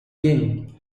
bien